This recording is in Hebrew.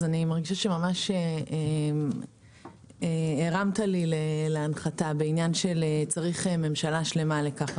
אני מרגישה שממש הרמת לי להנחתה בעניין של צריך ממשלה שלמה לכך.